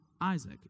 Isaac